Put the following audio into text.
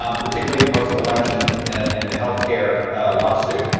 um particularly post-election in the health care lawsuit.